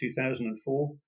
2004